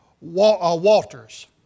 Walters